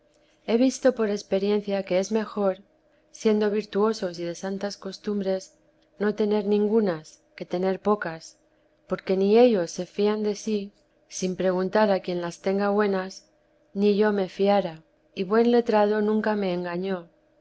he visto por experiencia que es mejor siendo virtuosos y de santas costumbres no tener ningunas que tener pocas porque ni ellos se fían de sí sin preguntar a quien las tenga buenas ni yo me fiara y buen letrado nunca me engañó